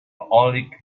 only